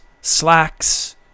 slacks